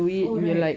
oh right